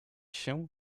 się